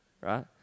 right